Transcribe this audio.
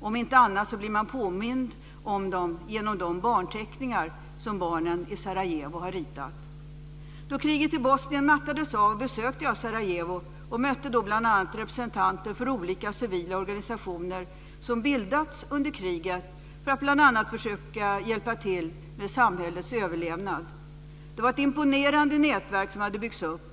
Om inte annat blir man påmind om dem genom de barnteckningar som barnen i Sarajevo har ritat. Då kriget i Bosnien mattats av besökte jag Sarajevo och mötte då bl.a. representanter för olika civila organisationer som bildats under kriget för att bl.a. försöka hjälpa till med samhällets överlevnad. Det var ett imponerande nätverk som hade byggts upp.